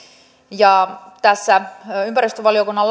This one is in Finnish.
tässä ympäristövaliokunnan